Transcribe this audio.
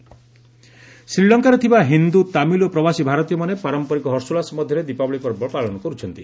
SL Diwali ଶ୍ରୀଲଙ୍କାରେ ଥିବା ହିନ୍ଦୁ ତାମିଲ୍ ଓ ପ୍ରବାସୀ ଭାରତୀୟମାନେ ପାରମ୍ପରିକ ହର୍ଷୋଲ୍ଲାସ ମଧ୍ୟରେ ଦୀପାବଳି ପର୍ବ ପାଳନ କରୁଛନ୍ତି